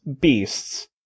beasts